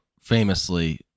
Famously